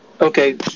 okay